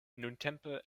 nuntempe